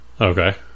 okay